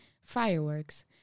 fireworks